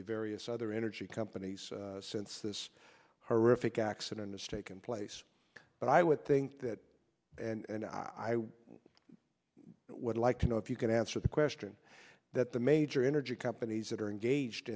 the various other energy companies since this horrific accident has taken place but i would think that and i would like to know if you can answer the question that the major energy companies that are engaged